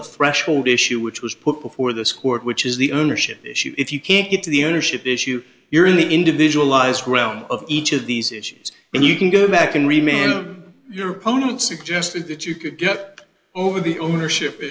the threshold issue which was put before this court which is the ownership issue if you can't get to the ownership issue you're in the individual lives ground of each of these issues and you can go back and remain your opponent suggested that you could get over the ownership